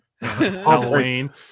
Halloween